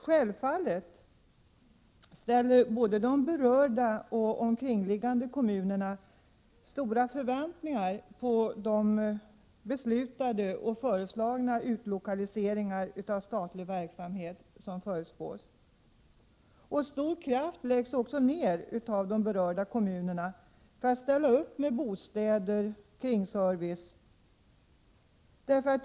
Självfallet ställer både de berörda och omkringliggande kommunerna stora förväntningar på de beslutade och föreslagna utlokaliseringar av statlig verksamhet som förutspås. Stor kraft läggs också ner av de berörda kommunerna för att ställa upp med bostäder och kringservice.